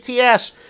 ATS